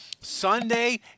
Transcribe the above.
Sunday